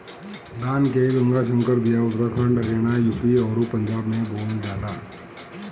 धान के गंगा संकर बिया उत्तराखंड हरियाणा, यू.पी अउरी पंजाब में बोअल जाला